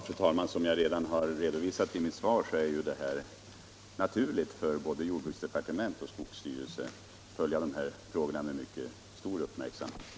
Fru talman! Som jag redan har redovisat i mitt svar är det naturligt för både jordbruksdepartementet och skogsstyrelsen att följa dessa frågor med mycket stor uppmärksamhet.